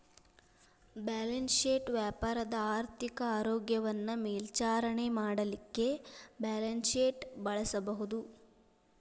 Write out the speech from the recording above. balance sheet ವ್ಯಾಪಾರದ ಆರ್ಥಿಕ ಆರೋಗ್ಯವನ್ನ ಮೇಲ್ವಿಚಾರಣೆ ಮಾಡಲಿಕ್ಕೆ ಬ್ಯಾಲನ್ಸ್ಶೇಟ್ ಬಳಸಬಹುದು